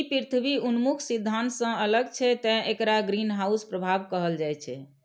ई पृथ्वी उन्मुख सिद्धांत सं अलग छै, तें एकरा ग्रीनहाउस प्रभाव कहल जाइ छै